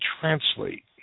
translate